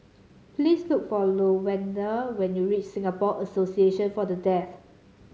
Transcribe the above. please look for Lavonda when you reach Singapore Association for the Death